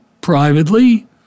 privately